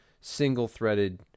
single-threaded